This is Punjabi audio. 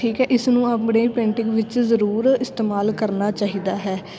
ਠੀਕ ਹੈ ਇਸ ਨੂੰ ਆਪਣੇ ਪੇਂਟਿੰਗ ਵਿੱਚ ਜ਼ਰੂਰ ਇਸਤੇਮਾਲ ਕਰਨਾ ਚਾਹੀਦਾ ਹੈ